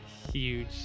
Huge